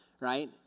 right